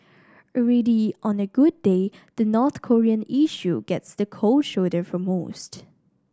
already on a good day the North Korean issue gets the cold shoulder from most